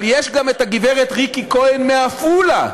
אבל יש גם הגברת ריקי כהן מעפולה,